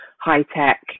high-tech